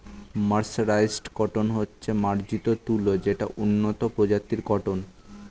mercerised cotton হচ্ছে মার্জিত তুলো যেটা উন্নত প্রজাতির কটন